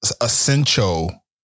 essential